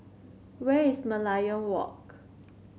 where is Merlion Walk